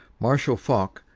marshal foch,